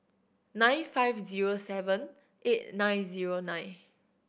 nine five zero seven eight nine zero nine